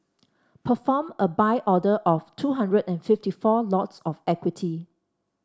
perform a Buy order of two hundred and fifty four lots of equity